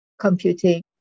Computing